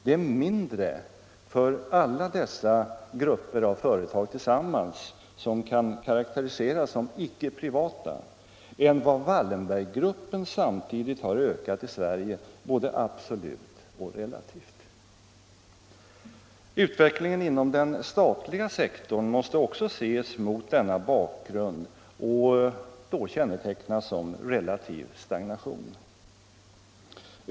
Det är mindre för alla dessa grupper företag tillsammans — alltså företag som kan karakteriseras som icke-privata — än vad Wallenberggruppen samtidigt ökat i Sverige både absolut och relativt. Utvecklingen inom den statliga sektorn måste också mot denna bakgrund kännetecknas som relativ stagnation.